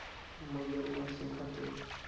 मगर मासे खाते